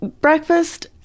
Breakfast